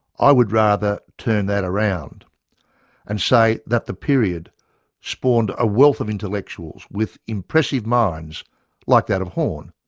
i would rather turn that around and say that the period spawned a wealth of intellectuals with impressive minds like that of horne,